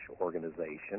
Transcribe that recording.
organization